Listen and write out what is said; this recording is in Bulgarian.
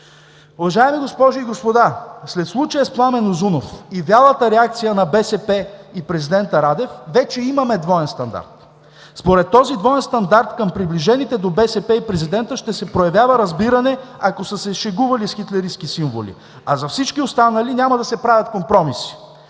Уважаеми госпожи и господа, след случая с Пламен Узунов и вялата реакция на БСП и президента Радев, вече имаме двоен стандарт. Според този двоен стандарт към приближените до БСП и президента ще се проявява разбиране, ако са се шегували с хитлеристки символи, а за всички останали няма да се правят компромиси.